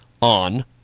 On